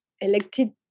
elected